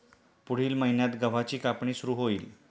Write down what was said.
पुढील महिन्यात गव्हाची कापणी सुरू होईल